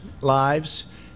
lives